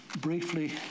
briefly